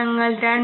ഞങ്ങൾ 2